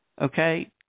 Okay